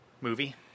Movie